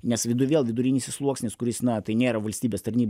nes viduj vėl vidurinysis sluoksnis kuris na tai nėra valstybės tarnyba